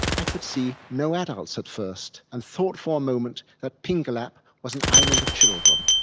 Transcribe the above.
i could see no adults at first and thought for a moment that pingelap was an island of children.